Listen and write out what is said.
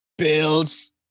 Bills